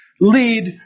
Lead